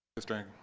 mr.